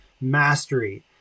mastery